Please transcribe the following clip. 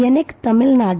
எனக்கு தமிழ்நாடும்